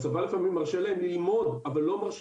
הצבא לפעמים מרשה להם ללמוד אבל לא מרשה